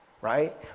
right